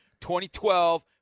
2012